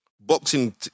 Boxing